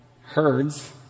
herds